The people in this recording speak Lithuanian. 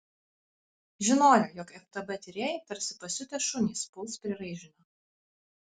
žinojo jog ftb tyrėjai tarsi pasiutę šunys puls prie raižinio